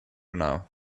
now